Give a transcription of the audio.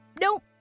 nope